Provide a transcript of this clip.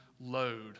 load